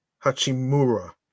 Hachimura